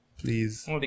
Please